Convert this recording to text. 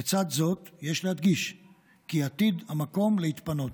לצד זאת, יש להדגיש כי עתיד המקום להתפנות.